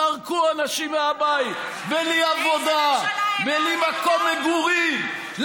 זרקו אנשים מהבית בלי עבודה, בלי מקום מגורים.